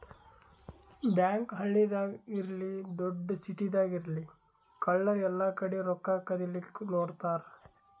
bank ಹಳ್ಳಿದಾಗ್ ಇರ್ಲಿ ದೊಡ್ಡ್ ಸಿಟಿದಾಗ್ ಇರ್ಲಿ ಕಳ್ಳರ್ ಎಲ್ಲಾಕಡಿ ರೊಕ್ಕಾ ಕದಿಲಿಕ್ಕ್ ನೋಡ್ತಾರ್